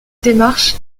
démarche